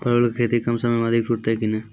परवल की खेती कम समय मे अधिक टूटते की ने?